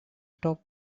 stop